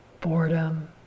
boredom